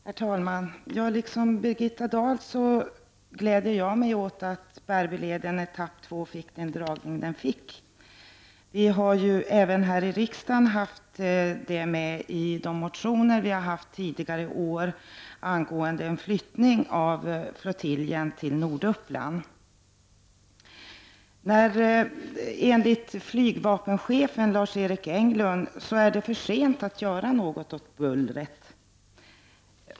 Herr talman! Liksom Birgitta Dahl gläder jag mig åt att Bärbyleden, etapp två, fick den dragning som den fick. Vi har ju även här i riksdagen i våra motioner under tidigare år tagit upp frågan om en flyttning av flottiljen till Norduppland. Enligt flygvapenchefen Lars-Erik Englund är det för sent att göra något åt bullret.